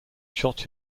shot